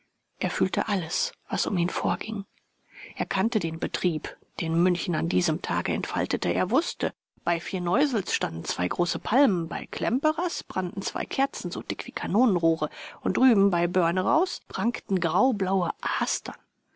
er fühlte alles was um ihn vorging er kannte den betrieb den münchen an diesem tage entfaltete er wußte bei firneusels standen zwei große palmen bei klemperers brannten zwei kerzen so dick wie kanonenrohre und drüben bei börneraus prangten graublaue astern